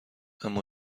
اما